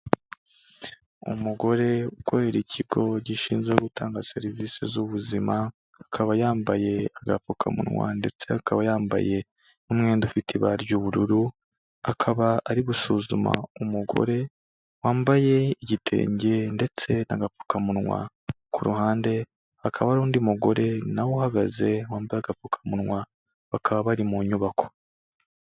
Umugore ukorera ikigo gishinzwe gutanga serivisi z'ubuzima, akaba yambaye agapfukamunwa ndetse akaba yambaye n'umwenda ufite ibara ry'ubururu, akaba ari gusuzuma umugore wambaye igitenge ndetse agapfukamunwa ku ruhande, hakaba hari undi mugore na we uhagaze wambaye agapfukamunwa, bakaba bari mu nyubako.